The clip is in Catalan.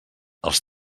els